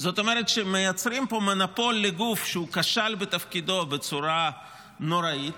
זאת אומרת מייצרים פה מונופול לגוף שכשל בתפקידו בצורה נוראית,